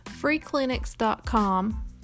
freeclinics.com